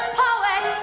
poet